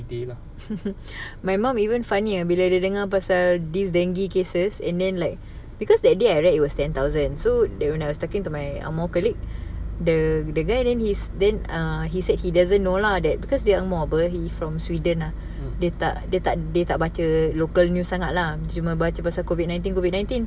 my mum even funnier bila dia dengar pasal these dengue cases and then like because that day I read it was ten thousand so then when I was talking to my ang moh colleague the the guy then his then err he said he doesn't know lah that because they ang moh apa he from sweden ah dia tak dia tak dia tak baca local news sangat lah baca pasal COVID nineteen COVID nineteen